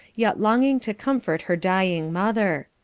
yet longing to comfort her dying mother.